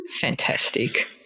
Fantastic